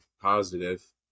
positive